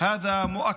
זה ודאי.